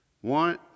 One